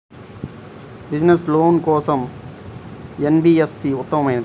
Business loan కోసం ఏ NBFC ఉత్తమమైనది?